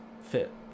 fit